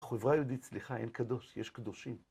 בחברה היהודית סליחה, אין קדוש, יש קדושים.